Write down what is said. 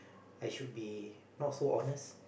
I should be not so honest